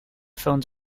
phones